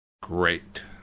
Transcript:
Great